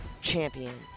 champion